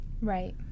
right